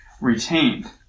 retained